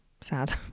sad